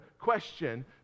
question